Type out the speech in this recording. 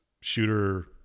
shooter